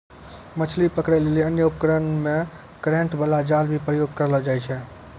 मछली पकड़ै लेली अन्य उपकरण मे करेन्ट बाला जाल भी प्रयोग करलो जाय छै